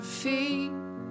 feet